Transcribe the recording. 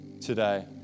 today